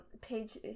page